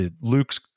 Luke's